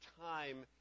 time